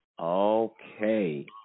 Okay